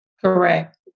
Correct